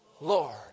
Lord